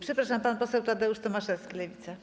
Przepraszam, pan poseł Tadeusz Tomaszewski, Lewica.